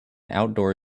outdoor